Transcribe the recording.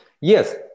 Yes